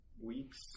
weeks